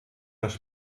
das